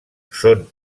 són